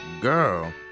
girl